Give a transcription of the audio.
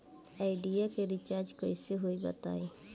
Idea के recharge कइसे होई बताईं?